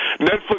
Netflix